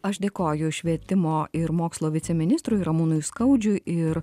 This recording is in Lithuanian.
aš dėkoju švietimo ir mokslo viceministrui ramūnui skaudžiui ir